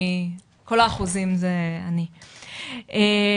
כל האחוזים זה אני..".